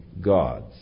gods